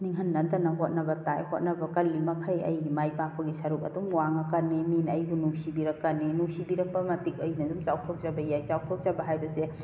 ꯅꯤꯡꯍꯟꯅꯗꯅ ꯍꯣꯠꯅꯕ ꯇꯥꯏ ꯍꯣꯠꯅꯕ ꯀꯜꯂꯤ ꯃꯈꯩ ꯑꯩꯒꯤ ꯃꯥꯏ ꯄꯥꯛꯄꯒꯤ ꯁꯔꯨꯛ ꯑꯗꯨꯝ ꯋꯥꯡꯉꯛꯀꯅꯤ ꯃꯤꯅ ꯑꯩꯕꯨ ꯅꯨꯡꯁꯤꯕꯤꯔꯛꯀꯅꯤ ꯅꯨꯡꯁꯤꯕꯤꯔꯛꯄ ꯃꯇꯤꯛ ꯑꯩꯅ ꯑꯗꯨꯝ ꯆꯥꯎꯊꯣꯛꯆꯕ ꯌꯥꯏ ꯆꯥꯎꯊꯣꯛꯆꯕ ꯍꯥꯏꯕꯁꯦ